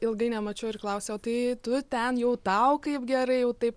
ilgai nemačiau ir klausia o tai tu ten jau tau kaip gerai jau taip